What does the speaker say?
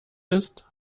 ist